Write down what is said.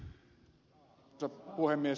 arvoisa puhemies